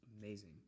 amazing